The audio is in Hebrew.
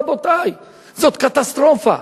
רבותי, זו קטסטרופה.